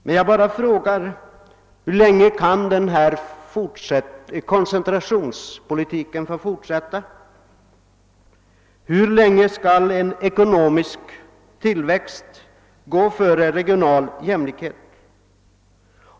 Men jag bara frågar, hur länge koncentrationspolitiken kan få fortsätta. Hur länge skall kravet på ekonomisk tillväxt få gå före kravet på regional jämlikhet?